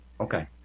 okay